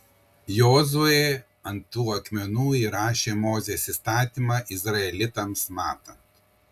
jozuė ant tų akmenų įrašė mozės įstatymą izraelitams matant